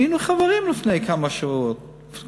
היינו חברים לפני כמה חודשים.